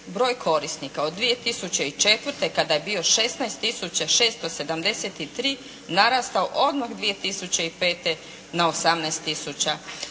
broj korisnika od 2004. kada je bio 16 tisuća 673 narastao odmah 2005. na 18